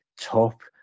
top